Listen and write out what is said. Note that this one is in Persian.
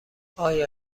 آیا